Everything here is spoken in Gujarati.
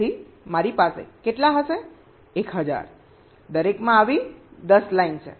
તેથી મારી પાસે કેટલા હશે 1000 દરેકમાં આવી 10 લાઇન છે